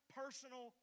personal